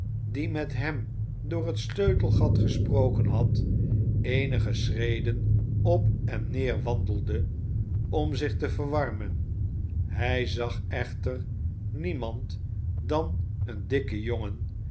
die met hem door het sleutelgat gesproken had eenige schreden op en neer wandelde om zich te verwarmen hij zag echter niemand dan een dikken jongen